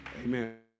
Amen